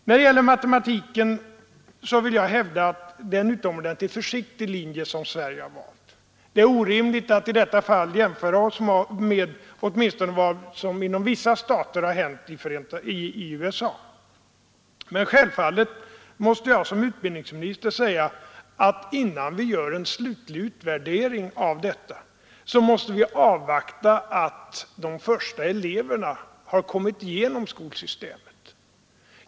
När det gäller matematiken vill jag hävda att det är en utomordentligt försiktig linje som Sverige valt. Det är orimligt att i detta fall jämföra oss med vad som hänt inom vissa stater i USA. Men självfallet måste jag som utbildningsminister säga att innan vi gör en slutlig utvärdering av detta måste vi avvakta att de första eleverna kommit igenom skolsystemet.